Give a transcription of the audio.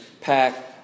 pack